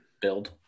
build